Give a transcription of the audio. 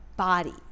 body